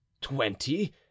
twenty